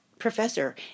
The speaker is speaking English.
professor